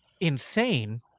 insane